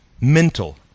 mental